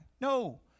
No